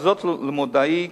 "וזאת למודעי,